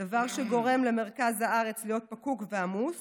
דבר שגורם למרכז הארץ להיות פקוק ועמוס